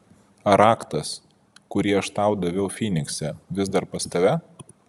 ar raktas kurį aš tau daviau fynikse vis dar pas tave